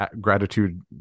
gratitude